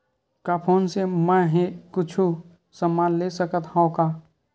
का फोन से मै हे कुछु समान ले सकत हाव का?